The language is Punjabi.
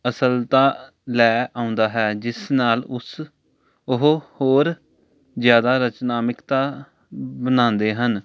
ਅਸਲਤਾ ਲੈ ਆਉਂਦਾ ਹੈ ਜਿਸ ਨਾਲ ਉਸ ਉਹ ਹੋਰ ਜ਼ਿਆਦਾ ਰਚਨਾਤਮਿਕਤਾ ਬਣਾਉਂਦੇ ਹਨ